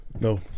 No